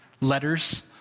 letters